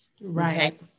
Right